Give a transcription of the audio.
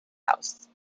house